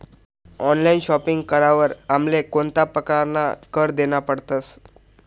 Online shopping करावर आमले कोणता परकारना कर देना पडतस?